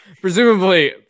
Presumably